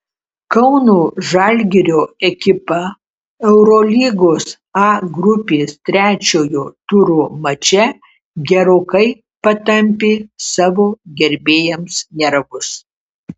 kauno žalgirio ekipa eurolygos a grupės trečiojo turo mače gerokai patampė savo gerbėjams nervus